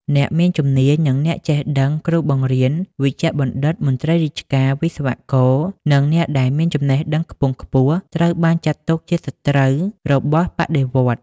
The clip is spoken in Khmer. អ្នកមានជំនាញ និងអ្នកចេះដឹង គ្រូបង្រៀន វេជ្ជបណ្ឌិត មន្ត្រីរាជការ វិស្វករ និងអ្នកដែលមានចំណេះដឹងខ្ពង់ខ្ពស់ ត្រូវបានចាត់ទុកជាសត្រូវរបស់បដិវត្តន៍។